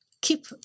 keep